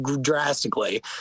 drastically